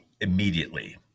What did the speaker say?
immediately